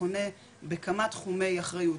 חונה בכמה תחומי אחריות,